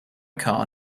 car